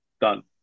done